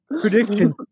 Prediction